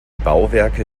bauwerke